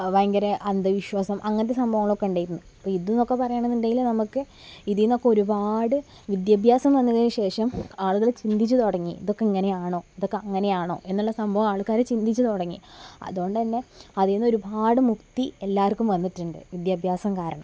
ഭയങ്കര അന്ധവിശ്വാസം അങ്ങനത്തെ സംഭവങ്ങളൊക്കെ ഉണ്ടായിരുന്നു അപ്പോൾ ഇതെന്നൊക്കെ പറയണമെന്നുണ്ടെങ്കിൽ നമുക്ക് ഇതിൽ നിന്നൊക്കെ ഒരുപാട് വിദ്യാഭ്യാസം വന്നതിനു ശേഷം ആളുകൾ ചിന്തിച്ചു തുടങ്ങി ഇതൊക്കെ ഇങ്ങനെയാണോ ഇതൊക്കെ അങ്ങനെയാണോ എന്നുള്ള സംഭവം ആൾക്കാർ ചിന്തിച്ചു തുടങ്ങി അതു കൊണ്ടു തന്നെ അതിൽ നിന്ന് ഒരുപാട് മുക്തി എല്ലാവർക്കും വന്നിട്ടുണ്ട് വിദ്യാഭ്യാസം കാരണം